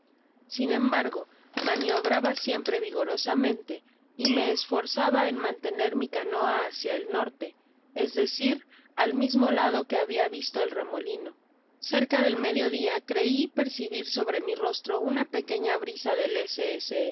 sin embargo maniobraba siempre vigorosamente y me esforzaba en mantener mi canoa hácia el norte es decir al mismo lado que habia visto el remolino cerca del medio dia crei percibir sobre mi rostro una pequeña brisa del